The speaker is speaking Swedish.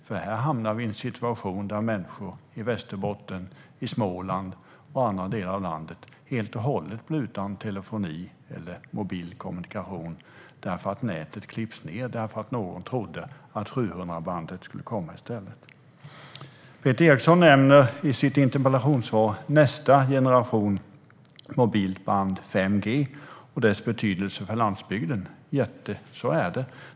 Här hamnar vi nämligen i en situation där människor i Västerbotten, Småland och andra delar av landet helt och hållet blir utan telefoni eller mobil kommunikation eftersom nätet klipps för att någon trodde att 700-bandet skulle komma i stället. Peter Eriksson nämner i sitt interpellationssvar nästa generation av mobilt band, 5G, och dess betydelse för landsbygden. Så är det.